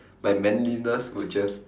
my manliness would just